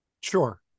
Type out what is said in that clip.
Sure